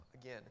Again